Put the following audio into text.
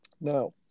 Now